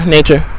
Nature